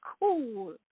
cool